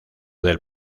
del